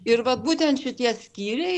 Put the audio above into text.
ir vat būtent šitie skyriai